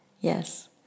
Yes